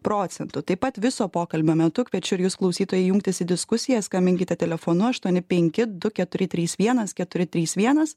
procentų taip pat viso pokalbio metu kviečiu ir jus klausytojai jungtis į diskusiją skambinkite telefonu aštuoni penki du keturi trys vienas keturi trys vienas